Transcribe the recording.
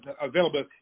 available